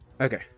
Okay